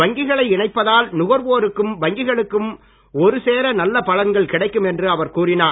வங்கிகளை இணைப்பதால் நுகர்வோருக்கும் வங்கிகளுக்கும் ஒரு சேர நல்ல பலன்கள் கிடைக்கும் என்று அவர் கூறினார்